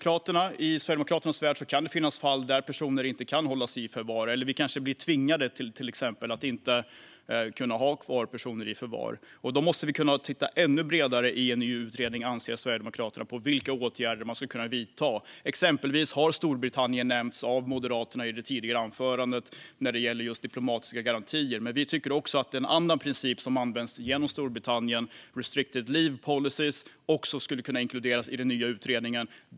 Även i Sverigedemokraternas värld kan det dock finnas fall där personer inte kan hållas i förvar. Vi kanske blir tvingade att inte kunna ha kvar personer i förvar. Då måste vi kunna titta ännu bredare i en ny utredning, anser Sverigedemokraterna, på vilka åtgärder man skulle kunna vidta. Exemplet Storbritannien nämndes i det tidigare anförandet av Moderaterna när det gäller just diplomatiska garantier. Vi tycker att en annan princip som används i Storbritannien, restricted leave policies, också skulle kunna inkluderas i den nya utredningen.